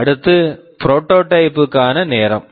அடுத்து prototype prototype க்கான நேரம்